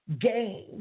game